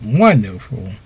wonderful